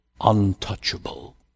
untouchable